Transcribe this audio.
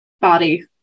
body